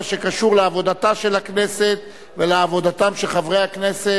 שקשור לעבודתה של הכנסת ולעבודתם של חברי הכנסת.